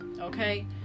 okay